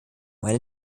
eine